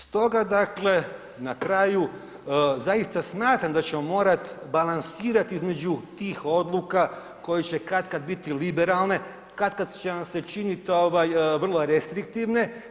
Stoga dakle, na kraju zaista smatram da ćemo morat balansirat između tih odluka koje će katkad biti liberalne, katkad će vam se činit ovaj vrlo restriktivne.